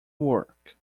work